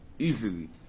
Easily